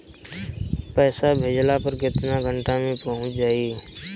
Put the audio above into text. पैसा भेजला पर केतना घंटा मे पैसा चहुंप जाई?